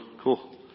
Cool